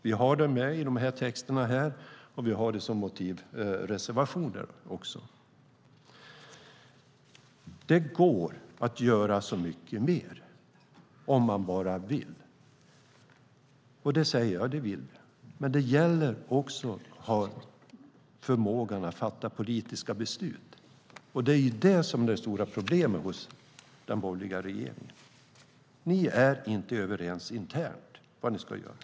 Vi har med det i texten här, och vi har det som motivreservationer också. Det går att göra mycket mer om man bara vill, och vi vill. Men det gäller också att ha förmågan att fatta politiska beslut, och det är den borgerliga regeringens stora problem. Ni är inte överens internt om vad ni ska göra.